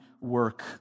work